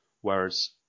Whereas